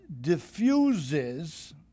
diffuses